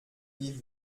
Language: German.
die